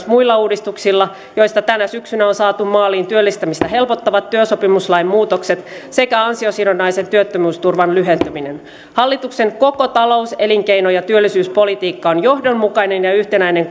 muilla uudistuksilla joista tänä syksynä on saatu maaliin työllistämistä helpottavat työsopimuslain muutokset sekä ansiosidonnaisen työttömyysturvan lyhentäminen hallituksen koko talous elinkeino ja työllisyyspolitiikka on johdonmukainen ja yhtenäinen